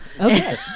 okay